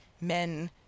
men